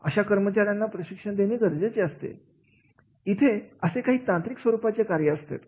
अशा कर्मचाऱ्यांना प्रशिक्षण देणे गरजेचे असते इथे असे काही तांत्रिक स्वरूपाचे कार्य असतात